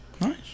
Nice